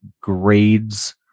grades